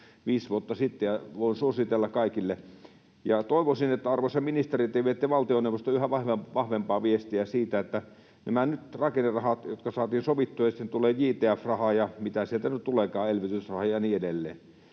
viisi vuotta sitten, ja voin suositella kaikille. Toivoisin, arvoisa ministeri, että te viette valtioneuvostoon yhä vahvempaa viestiä siitä, että mitä tulee näihin rakennerahoihin, jotka saatiin sovittua — ja sitten tulee JTF-rahaa, ja mitä sieltä nyt tuleekaan elvytysrahaa ja niin edelleen